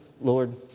Lord